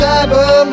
Cyber